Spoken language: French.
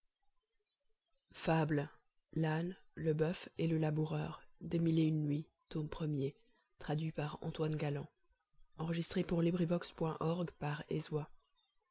l'âne le boeuf et le laboureur